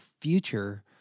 future